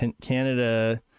canada